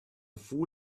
fool